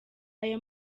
ayo